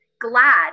glad